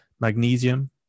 Magnesium